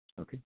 Okay